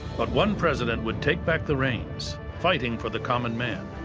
but one president would take back the reins, fighting for the common man.